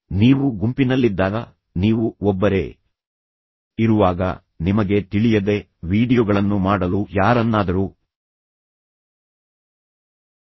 ನೀವು ಗುಂಪಿನಲ್ಲಿದ್ದಾಗ ನೀವು ಒಬ್ಬರೇ ಇರುವಾಗ ನಿಮಗೆ ತಿಳಿಯದೆ ವೀಡಿಯೊಗಳನ್ನು ಮಾಡಲು ಯಾರನ್ನಾದರೂ ಕೇಳಿ